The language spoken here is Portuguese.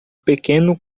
pequeno